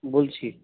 বলছি